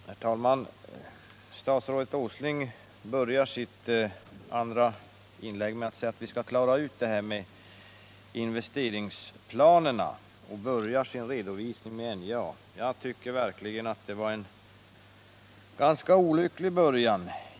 Herr talman! Statsrådet Åsling sade i sitt andra inlägg att vi skulle klara ut det här med investeringsplanerna och började sin redovisning med NJA. Jag tycker verkligen att det var en olycklig början.